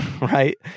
Right